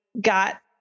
got